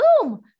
boom